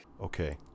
Okay